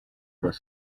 kas